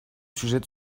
sujet